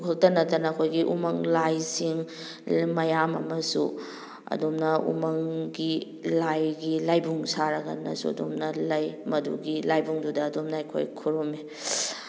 ꯑꯗꯨ ꯈꯇ ꯅꯠꯇꯅ ꯑꯩꯈꯣꯏꯒꯤ ꯎꯃꯪ ꯂꯥꯏꯁꯤꯡ ꯃꯌꯥꯝ ꯑꯃꯁꯨ ꯑꯗꯨꯝꯅ ꯎꯃꯪꯒꯤ ꯂꯥꯏꯒꯤ ꯂꯥꯏꯕꯨꯡ ꯁꯥꯔꯀꯥꯟꯗꯁꯨ ꯑꯗꯨꯝꯅ ꯂꯩ ꯃꯗꯨꯒꯤ ꯂꯥꯏꯕꯨꯡꯗꯨꯗ ꯑꯗꯨꯝꯅ ꯑꯩꯈꯣꯏ ꯈꯨꯔꯨꯝꯃꯤ